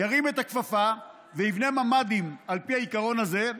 ירים את הכפפה ויבנה ממ"דים על פי העיקרון הזה,